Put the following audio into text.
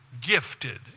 gifted